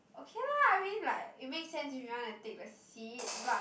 okay lah I mean like it make sense if you want to take the seat but